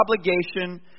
obligation